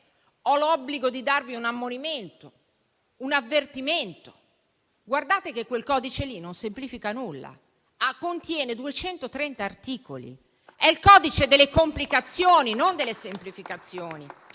ho l'obbligo di darvi un ammonimento, un avvertimento: quel codice non semplifica alcunché, contiene 230 articoli; è il codice delle complicazioni, non delle semplificazioni.